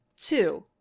two